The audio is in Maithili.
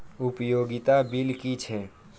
उपयोगिता बिल कि छै?